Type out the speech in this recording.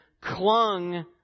clung